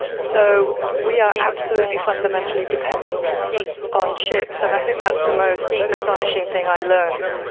so we are absolutely fundamentally dependent on ships, and i think that's the most astonishing thing i learnt,